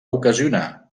ocasionar